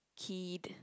keyed